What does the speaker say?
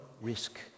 risk